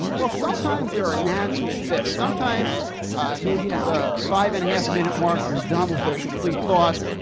well, sometimes there are natural fit. sometimes maybe at the five and a half minute mark. you're done with a complete thought.